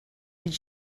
did